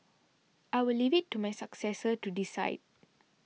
I will leave it to my successor to decide